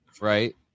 right